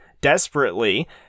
desperately